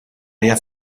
hija